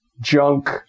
junk